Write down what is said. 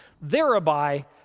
thereby